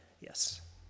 Yes